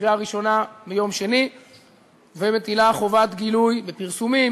בקריאה ראשונה ביום שני ומטילה חובת גילוי על פרסומים,